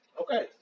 Okay